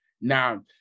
Now